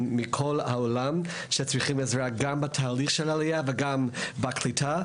מכל העולם שצריכים עזרה גם בתהליך העלייה וגם בקליטה,